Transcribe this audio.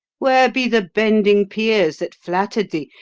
where be the bending peers that flatter'd thee?